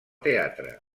teatre